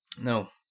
No